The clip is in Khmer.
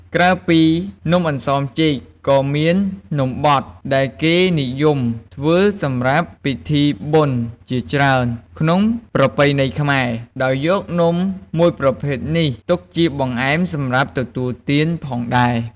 ក្រៅពីនំអន្សមចេក ក៏មាន នំបត់ ដែលគេនិយមធ្វើសម្រាប់ពិធីបុណ្យជាច្រើនក្នុងប្រពៃណីខ្មែរ ដោយយកនំមួយប្រភេទនេះទុកជាបង្អែមសម្រាប់ទទួលទានផងដែរ។